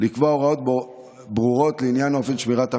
לקבוע הוראות ברורות לעניין אופן שמירת המידע,